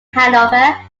hannover